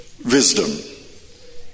Wisdom